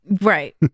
right